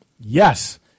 Yes